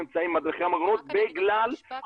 שמטרתם היא להיות אמונים על כל המניעה